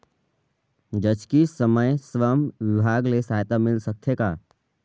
जचकी समय श्रम विभाग ले सहायता मिल सकथे का?